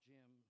Jim